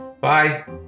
Bye